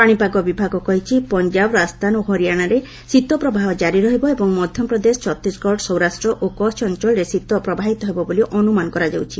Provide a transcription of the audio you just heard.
ପାଣିପାଗ ବିଭାଗ କହିଛି ପଞ୍ଜାବ ରାଜସ୍ଥାନ ଓ ହରିଆଣାରେ ଶୀତ ପ୍ରବାହ ଜାରି ରହିବ ଏବଂ ମଧ୍ୟପ୍ରଦେଶ ଛତିଶଗଡ଼ ସୌରାଷ୍ଟ ଓ କଚ୍ଛ ଅଞ୍ଚଳରେ ଶୀତ ପ୍ରବାହିତ ହେବ ବୋଲି ଅନ୍ତମାନ କରାଯାଉଛି